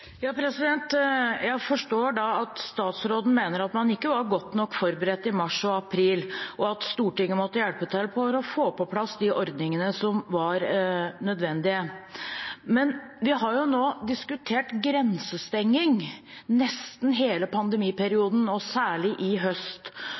forstår da at statsråden mener at man ikke var godt nok forberedt i mars og april, og at Stortinget måtte hjelpe til for å få på plass de ordningene som var nødvendige. Vi har nå diskutert grensestenging nesten